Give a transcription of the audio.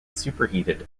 superheated